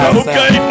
okay